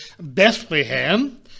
Bethlehem